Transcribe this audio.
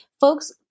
folks